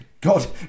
god